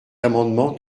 amendement